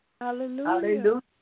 Hallelujah